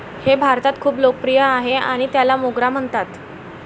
हे भारतात खूप लोकप्रिय आहे आणि त्याला मोगरा म्हणतात